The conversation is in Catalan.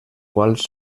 quals